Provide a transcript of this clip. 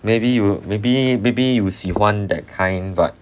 maybe you will maybe maybe you 喜欢 that kind but